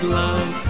love